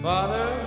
Father